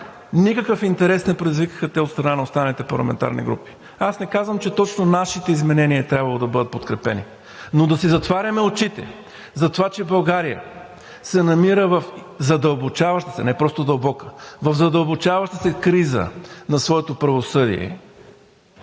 Никакъв интерес не предизвикаха те от страна на останалите парламентарни групи. Аз не казвам, че точно нашите изменения е трябвало да бъдат подкрепени, но да си затваряме очите за това, че България се намира в задълбочаваща се, не просто дълбока, в задълбочаваща се криза на своето правосъдие